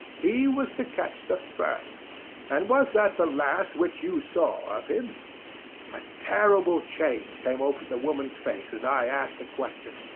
he was to catch the first. fourteen and was that the last which you saw of him a terrible change came over the woman's face as i asked the question.